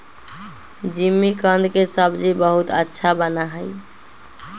जिमीकंद के सब्जी बहुत अच्छा बना हई